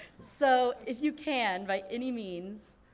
so if you can by any means,